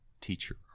teacher